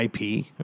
IP